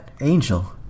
Angel